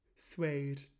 suede